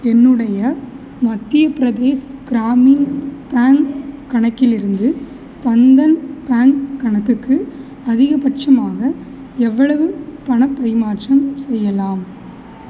என்னுடைய மத்திய பிரதேஷ் கிராமின் பேங்க் கணக்கிலிருந்து பந்தன் பேங்க் கணக்குக்கு அதிகபட்சமாக எவ்வளவு பணப் பரிமாற்றம் செய்யலாம்